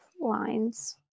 lines